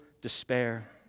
despair